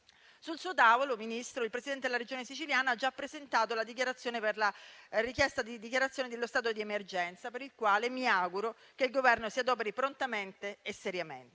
Sul suo tavolo, Ministro, il Presidente della Regione Siciliana ha già presentato la richiesta di dichiarazione dello stato di emergenza, per il quale mi auguro che il Governo si adoperi prontamente e seriamente,